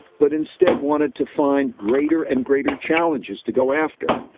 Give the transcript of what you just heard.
but instead wanted to find greater and greater challenges to go after,